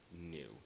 new